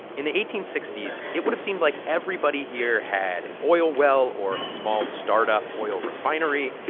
in eighteen sixty s it would've seemed like everybody here had an oil well or a small startup oil refinery.